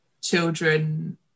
children